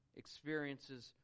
experiences